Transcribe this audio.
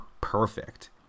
perfect